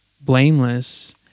blameless